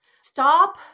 stop